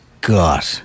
God